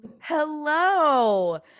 Hello